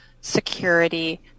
security